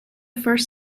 first